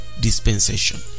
dispensation